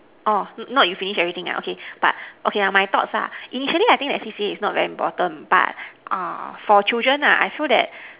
orh not you finish everything ah okay but okay lah my thoughts ah initially I think that C_C_A is not very important but uh for children lah I feel that